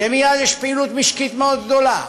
מייד יש פעילות משקית מאוד גדולה,